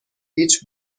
هیچ